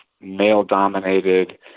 male-dominated